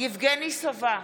יבגני סובה,